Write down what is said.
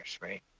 right